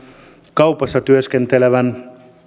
kaupassa työskentelevän